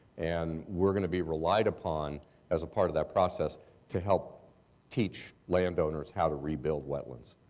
and we're going to be relied upon as a part of that process to help teach landowners how to rebuild wetlands.